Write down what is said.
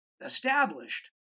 established